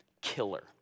killer